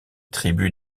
tribus